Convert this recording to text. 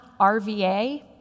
RVA